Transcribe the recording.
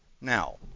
Now